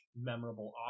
memorable